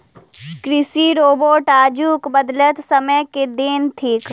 कृषि रोबोट आजुक बदलैत समय के देन थीक